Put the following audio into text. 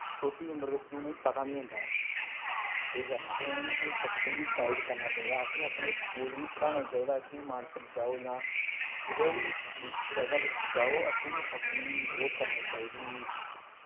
छोटी उमर बिच उ'नें गी पता निं होंदा ऐ केह् करना ते उ'नें असें बच्चें गी गाईड करना चाहिदा ते स्कूल बी पढ़ाना चाहिदा कुदै बी जगह बिच जाओ असें ई अपनी